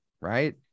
right